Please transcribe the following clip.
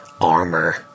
armor